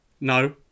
no